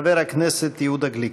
חבר הכנסת יהודה גליק.